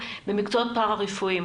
במקצועות הפרה-רפואיים,